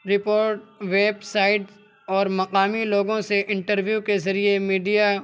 report websites اور مقامی لوگوں سے انٹرویو کے ذریعے میڈیا